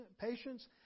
patients